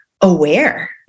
aware